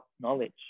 knowledge